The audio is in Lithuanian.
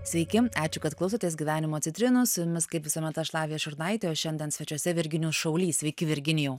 sveiki ačiū kad klausotės gyvenimo citrinų su jumis kaip visuomet aš lavija šurnaitė o šiandien svečiuose virginijus šaulys sveiki virginijau